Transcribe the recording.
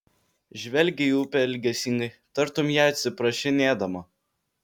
žvelgia į upę ilgesingai tartum ją atsiprašinėdama